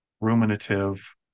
ruminative